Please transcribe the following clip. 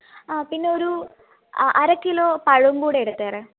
ആ പിന്നെ ഒരു അര കിലോ പഴവും കൂടെ എടുത്തേരെ